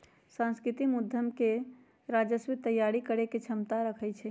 सांस्कृतिक उद्यम के उत्पाद राजस्व तइयारी करेके क्षमता रखइ छै